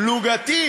פלוגתי,